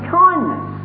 kindness